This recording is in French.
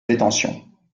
détention